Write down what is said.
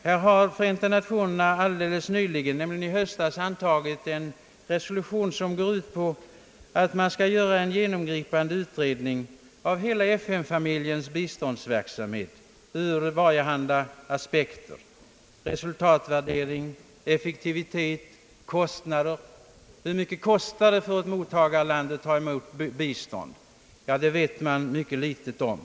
Förenta Nationerna har helt nyligen, i höstas, antagit en resolution om att en genomgripande utredning skall göras av hela FN-familjens biståndsverksamhet från varjehanda aspekter, såsom t.ex. resultatvärdering, effektivitet och kostnader. Hur mycket kostar det för ett mottagarland att ta emot en biståndsinsats? — ja, det vet man mycket litet om.